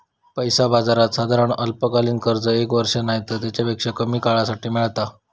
पैसा बाजारात साधारण अल्पकालीन कर्ज एक वर्ष नायतर तेच्यापेक्षा कमी काळासाठी मेळता